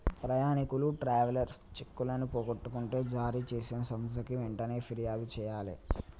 ప్రయాణీకులు ట్రావెలర్స్ చెక్కులను పోగొట్టుకుంటే జారీచేసిన సంస్థకి వెంటనే పిర్యాదు జెయ్యాలే